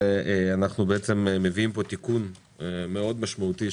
ואנחנו מביאים לפה תיקון מאוד משמעותי,